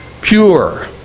Pure